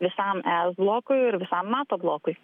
visam es blokui ir visam nato blokui